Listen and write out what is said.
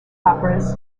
operas